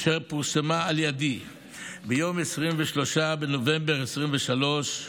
אשר פורסמה על ידי ביום 23 בנובמבר 2023,